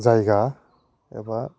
जायगा एबा